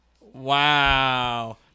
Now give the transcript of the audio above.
Wow